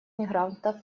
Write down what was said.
мигрантов